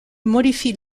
modifie